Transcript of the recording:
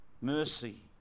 mercy